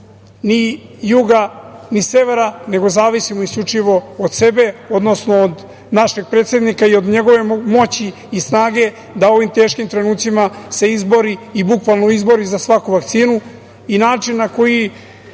ni juga, ni severa, nego zavisimo isključivo od sebe, odnosno od našeg predsednika i od njegove moći i snage da u ovim teškim trenucima se izbori, bukvalno izbori za svaku vakcinu. Način na koji